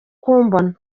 kumbona